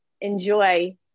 enjoy